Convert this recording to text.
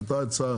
הייתה הצעה